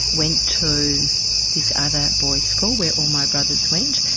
went to this other boys school where all my brothers went.